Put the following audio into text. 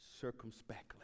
circumspectly